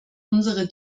unsere